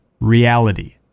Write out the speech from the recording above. reality